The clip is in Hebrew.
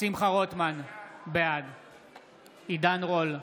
שמחה רוטמן, בעד עידן רול,